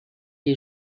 est